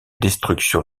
destruction